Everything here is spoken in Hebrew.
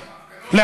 הפגנות,